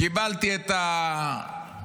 קיבלתי את הצ'פחה